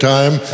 Time